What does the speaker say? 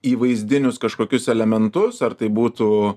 įvaizdinius kažkokius elementus ar tai būtų